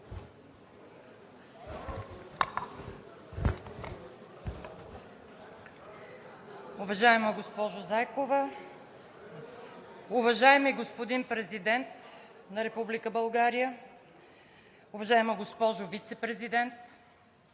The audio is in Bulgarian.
Уважаема госпожа Зайкова, уважаеми господин Президент на Република България, уважаема госпожо Вицепрезидент,